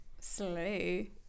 slay